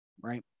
right